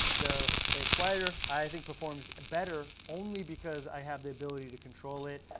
so, it's quieter, i think performs better only because i have the ability to control it.